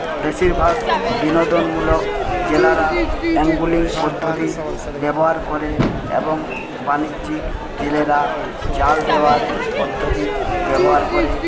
বেশিরভাগ বিনোদনমূলক জেলেরা অ্যাঙ্গলিং পদ্ধতি ব্যবহার করে এবং বাণিজ্যিক জেলেরা জাল দেওয়ার পদ্ধতি ব্যবহার করে